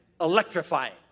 electrifying